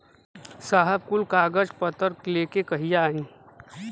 साहब कुल कागज पतर लेके कहिया आई?